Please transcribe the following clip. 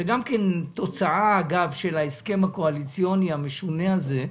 זאת גם תוצאה של ההסכם הקואליציוני המשונה הזה,